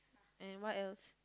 and what else